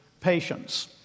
patience